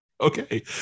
Okay